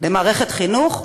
למערכת חינוך,